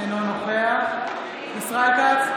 אינו נוכח ישראל כץ,